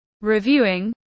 reviewing